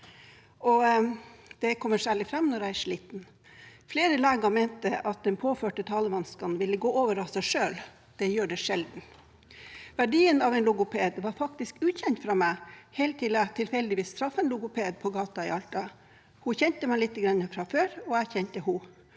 Det kommer særlig fram når jeg er sliten. Flere leger mente at de påførte talevanskene ville gå over av seg selv. Det gjør de sjelden. Verdien av en logoped var faktisk ukjent for meg helt til jeg tilfeldigvis traff en logoped på gata i Alta. Hun kjente meg lite grann fra før, og jeg kjente henne.